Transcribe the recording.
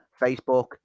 Facebook